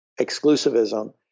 exclusivism